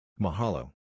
Mahalo